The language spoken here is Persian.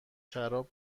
شراب